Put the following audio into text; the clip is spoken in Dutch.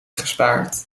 gespaard